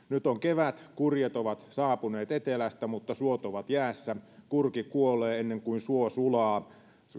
nyt on kevät kurjet ovat saapuneet etelästä mutta suot ovat jäässä kurki kuolee ennen kuin suo sulaa